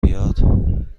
بیاد